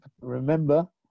Remember